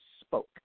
spoke